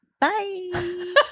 Bye